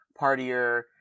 partier